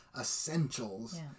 essentials